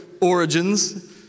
origins